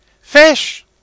Fish